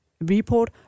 report